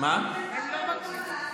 הם לא מקשיבים.